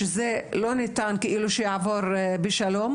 שזה לא יכול לעבור בשקט,